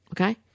Okay